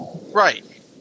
Right